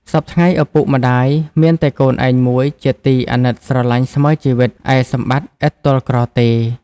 សព្វថ្ងៃឪពុក ម្ដាយមានតែកូនឯងមួយជាទី អាណិតស្រឡាញ់ស្មើជីវិត ឯសម្បត្ដិឥតទ័លក្រទេ